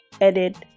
edit